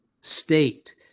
state